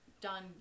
done